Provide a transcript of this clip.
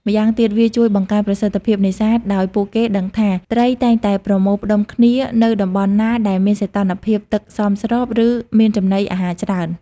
ម្យ៉ាងទៀត វាជួយបង្កើនប្រសិទ្ធភាពនេសាទ ដោយពួកគេដឹងថា ត្រីតែងតែប្រមូលផ្តុំគ្នានៅតំបន់ណាដែលមានសីតុណ្ហភាពទឹកសមស្រប ឬមានចំណីអាហារច្រើន។